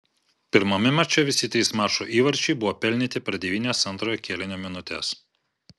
pirmame mače visi trys mačo įvarčiai buvo pelnyti per devynias antrojo kėlinio minutes